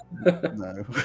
no